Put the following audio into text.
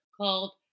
called